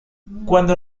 cuando